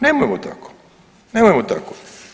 Nemojmo tako, nemojmo tako.